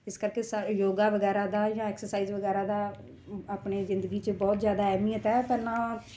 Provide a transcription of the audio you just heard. ਇਸ ਕਰਕੇ ਸ ਯੋਗਾ ਵਗੈਰਾ ਦਾ ਜਾਂ ਐਕਸਰਸਾਈਜ਼ ਵਗੈਰਾ ਦਾ ਆਪਣੀ ਜ਼ਿੰਦਗੀ 'ਚ ਬਹੁਤ ਜ਼ਿਆਦਾ ਅਹਿਮੀਅਤ ਹੈ ਪਰ ਨਾ